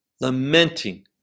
lamenting